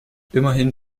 immerhin